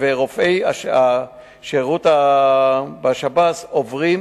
ורופאי שירות בתי-הסוהר עוברים